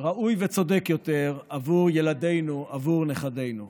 ראוי וצודק יותר עבור ילדינו, עבור נכדינו.